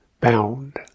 bound